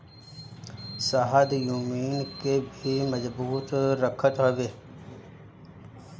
शहद इम्यून के भी मजबूत रखत हवे